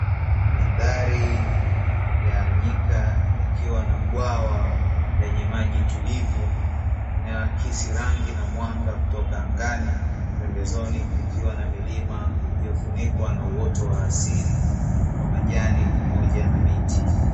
Mandhari ya nyika yakiwa na bwawa lenye maji tulivu yanayoakisi rangi na mwanga kutoka angani, pembezoni kukiwa na milima iliyofunikwa na uoto wa asili wa majani pamoja na miti.